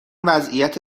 وضعیت